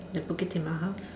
the Bukit-Timah house